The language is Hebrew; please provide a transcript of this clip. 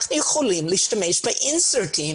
אנחנו יכולים להשתמש באינסרטים.